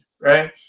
right